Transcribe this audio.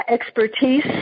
expertise